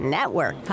Network